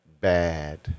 bad